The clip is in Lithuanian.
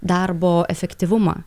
darbo efektyvumą